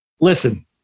Listen